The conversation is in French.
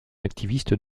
activiste